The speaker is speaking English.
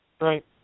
Right